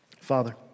Father